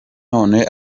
none